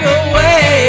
away